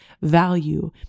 value